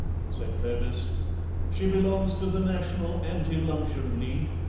said clovis she belongs to the national anti-luncheon league,